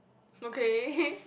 okay